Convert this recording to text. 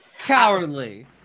cowardly